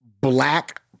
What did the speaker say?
black